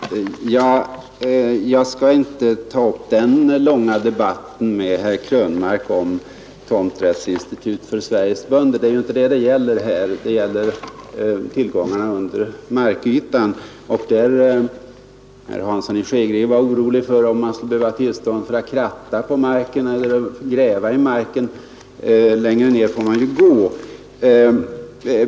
Herr talman! Jag skall inte ta upp den långa debatten med herr Krönmark om tomträttsinstitut för Sveriges bönder — det är inte det frågan nu gäller utan den gäller tillgångarna under markytan. Herr Hansson i Skegrie var orolig för om man skulle behöva ha tillstånd för att kratta på marken eller gräva i marken; längre ned får man ju gå.